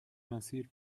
مسیر